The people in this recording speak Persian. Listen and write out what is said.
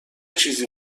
چیزی